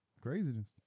Craziness